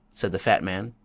said the fat man,